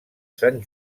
sant